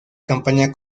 campaña